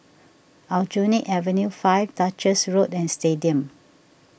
Aljunied Avenue five Duchess Road and Stadium